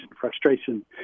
frustration